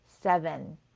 seven